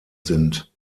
sind